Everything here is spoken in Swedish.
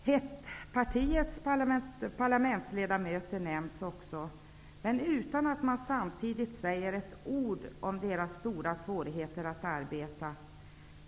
HEP-partiets parlamentsledamöter nämns också, men utan att man samtidigt säger ett ord om deras stora svårigheter att arbeta.